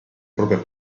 proprio